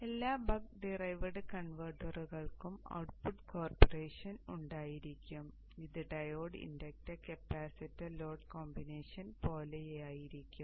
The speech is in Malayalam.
എല്ലാ ബക്ക് ഡിറൈവ്ഡ് കൺവെർട്ടറുകൾക്കും ഔട്ട്പുട്ട് കോ പോർഷൻ ഉണ്ടായിരിക്കും ഇത് diode inductor capacitor load combination പോലെയായിരിക്കും